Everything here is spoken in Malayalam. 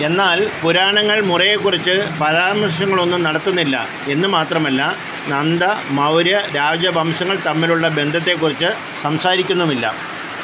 എന്നാൽ പുരാണങ്ങൾ മുറയെക്കുറിച്ച് പരാമർശങ്ങളൊന്നും നടത്തുന്നില്ല എന്നുമാത്രമല്ല നന്ദ മൗര്യ രാജവംശങ്ങൾ തമ്മിലുള്ള ബന്ധത്തെക്കുറിച്ച് സംസാരിക്കുന്നുമില്ല